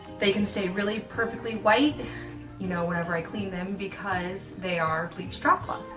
they can stay really perfectly white you know whenever i clean them because they are bleached drop cloth.